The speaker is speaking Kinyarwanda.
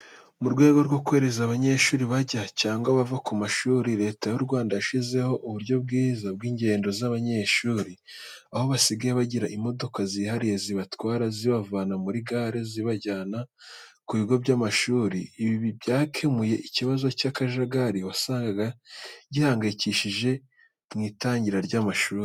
Mu rwego rwo korohereza abanyeshuri bajya cyangwa bava ku mashuri, leta y'uRwanda yashyizeho uburyo bwiza bw'ingendo z'abanyeshuri aho basigaye bagira imodoka zihariya zibatwara zibavana muri gare zibajyana ku bigo by'amashuri. Ibi byakemuye ikibazo cy'akajagari wasangaga gihangayikishije mu itangira ry'amashuri.